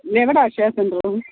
എവിടെയാണ് അക്ഷയ സെൻ്ററ്